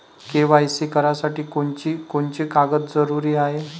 KYC करासाठी कोनची कोनची कागद जरुरी हाय?